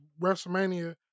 WrestleMania